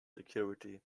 security